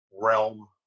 realm